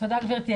תודה, גברתי.